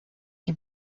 die